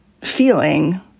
feeling